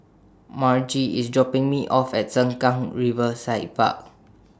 Margie IS dropping Me off At Sengkang Riverside Park